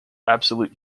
absolute